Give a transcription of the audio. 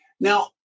Now